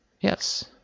Yes